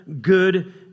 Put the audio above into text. good